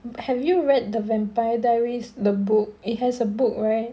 have you read the vampire diaries the book it has a book right